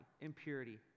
impurity